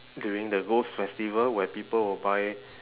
during the ghost festival where people will buy